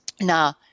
Now